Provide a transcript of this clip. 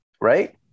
Right